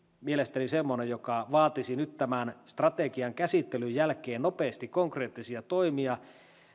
mielestäni semmoinen joka vaatisi nyt tämän strategian käsittelyn jälkeen nopeasti konkreettisia toimia